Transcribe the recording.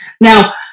Now